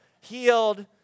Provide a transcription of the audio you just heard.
healed